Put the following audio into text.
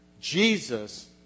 Jesus